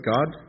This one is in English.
God